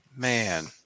Man